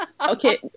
Okay